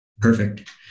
Perfect